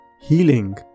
healing